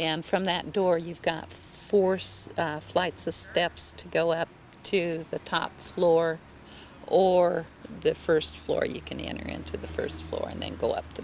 and from that door you've got force flights the steps to go up to the top floor or the first floor you can enter into the first floor and then go up t